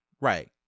Right